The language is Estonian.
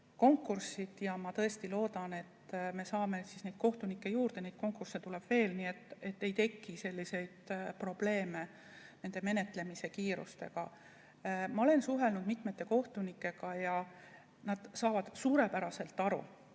konkursid ja ma tõesti loodan, et me saame neid kohtunikke juurde. Neid konkursse tuleb veel, nii et ei teki selliseid probleeme menetlemise kiirusega. Ma olen suhelnud mitmete kohtunikega ja nad saavad suurepäraselt aru,